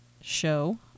show